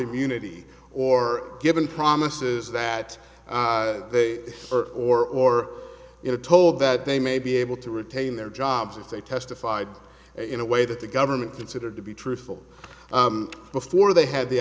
immunity or given promises that they are or you know told that they may be able to retain their jobs if they testified in a way that the government considered to be truthful before they had the